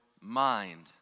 mind